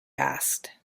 asked